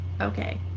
Okay